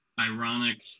ironic